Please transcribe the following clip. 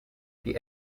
die